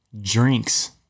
drinks